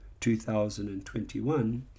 2021